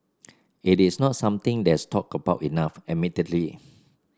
it is not something that's talked about enough admittedly